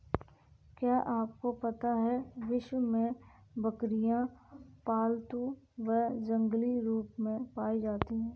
क्या आपको पता है विश्व में बकरियाँ पालतू व जंगली रूप में पाई जाती हैं?